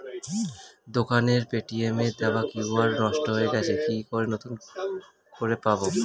দোকানের পেটিএম এর দেওয়া কিউ.আর নষ্ট হয়ে গেছে কি করে নতুন করে পাবো?